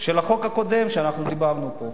של החוק הקודם שאנחנו דיברנו פה.